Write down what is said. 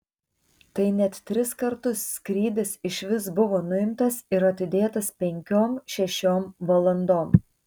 tai net tris kartus skrydis iš vis buvo nuimtas ir atidėtas penkiom šešiom valandom